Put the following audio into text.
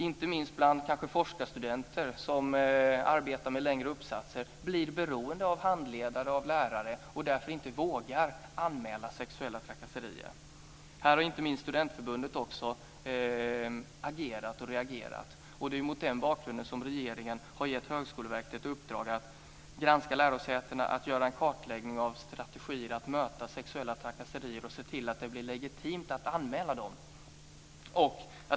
Inte minst forskarstudenter som kanske arbetar med längre uppsatser blir beroende av handledare och lärare, och vågar därför inte anmäla sexuella trakasserier. Här har inte minst Studentförbundet också agerat och reagerat. Mot den bakgrunden har regeringen gett Högskoleverket uppdraget att granska lärosätena, att göra en kartläggning av strategier, att möta sexuella trakasserier och se till att det blir legitimt att anmäla dem.